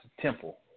temple